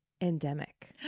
endemic